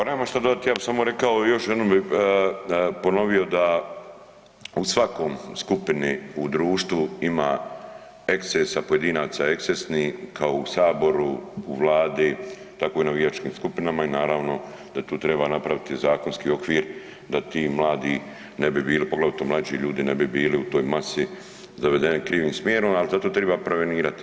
Pa nemam šta dodati, ja bi samo rekao još jednom bi ponovio da u svakoj skupini u društvu ima ekscesa pojedinaca, ekscesni kao u Saboru, u Vladi, tako i u navijačkim skupinama i naravno da tu treba napraviti zakonski okvir da ti mladi ne bi bili, poglavito mlađi ljudi ne bi bili u toj masi zavedeni krivim smjerom ali zato treba prevenirati.